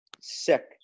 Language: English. Sick